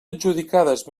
adjudicades